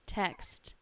text